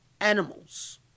animals